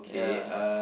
ya